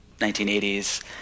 1980s